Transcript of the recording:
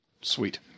Sweet